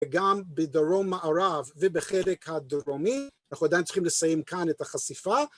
וגם בדרום מערב ובחלק הדרומי, אנחנו עדיין צריכים לסיים כאן את החשיפה.